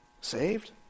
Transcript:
Saved